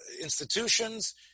institutions